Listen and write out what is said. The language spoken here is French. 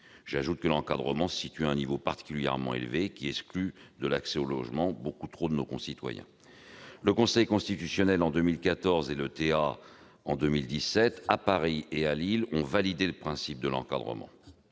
J'ajoute que l'encadrement se situe à un niveau particulièrement élevé, qui exclut de l'accès au logement beaucoup trop de nos concitoyens. Le Conseil constitutionnel en 2014 et les tribunaux administratifs en 2017, à Paris et à Lille, ont validé le principe de l'encadrement.